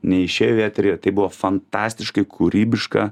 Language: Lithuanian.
neišėjo į eterį tai buvo fantastiškai kūrybiška